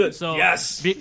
Yes